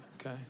okay